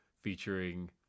featuring